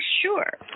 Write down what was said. sure